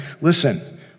listen